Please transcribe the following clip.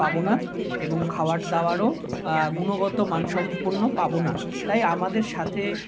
পাবো না এবং খাবার দাবারও গুণগত মান সম্পন্ন পাবো না তাই আমাদের সাথে